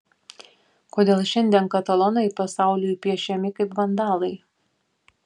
kodėl šiandien katalonai pasauliui piešiami kaip vandalai